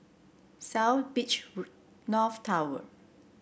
South Beach North Tower